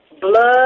blood